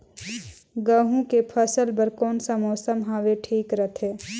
गहूं के फसल बर कौन सा मौसम हवे ठीक रथे?